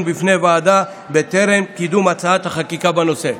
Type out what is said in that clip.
בפני הוועדה בטרם קידום הצעת החקיקה בנושא.